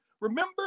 Remember